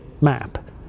map